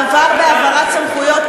עבר בהעברת סמכויות,